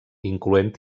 incloent